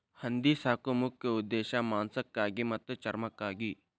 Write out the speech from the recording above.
ಹಂದಿ ಸಾಕು ಮುಖ್ಯ ಉದ್ದೇಶಾ ಮಾಂಸಕ್ಕಾಗಿ ಮತ್ತ ಚರ್ಮಕ್ಕಾಗಿ